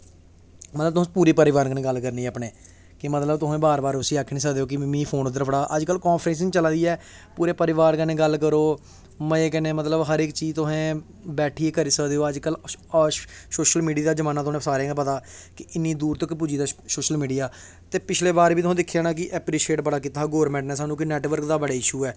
मतलव तुसें पूरे परिवार कन्नैं गल्ल करनी ऐ अपनें कि बार बार तुस आक्खी नी सकदे हो उसी कि फोन इध्दर फड़ा अज्ज कल फैशन चला दी ऐ पूरे परिवार कन्नैं गल्ल करो मज़े कन्नैं मतलव हर इक चीज़ तुस बैठियै करी सकदे हो अज्ज कल सोशल मिडिया दा जमाना ऐ तुसोें सारें गी गै पता ऐ कि इन्नी दूर तक्कर पुज्जी गेदा ऐ मिडिया ते पिछले बारी बी दिक्खेआ होना तुसैं कि ऐप्रिशेट बड़ा कीता दा गौरमैंट नै साह्नू कि नैटबर्क दा बड़ा इशू ऐ